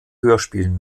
hörspielen